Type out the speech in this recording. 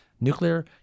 Nuclear